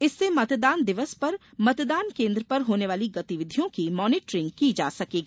इससे मतदान दिवस पर मतदान केन्द्र पर होने वाली गतिविधियों की मॉनिटरिंग की जा सकेगी